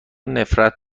نفرت